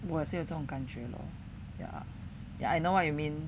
我是有这种感觉 lor ya ya I know what you mean